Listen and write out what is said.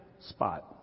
spot